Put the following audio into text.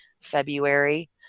February